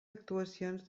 actuacions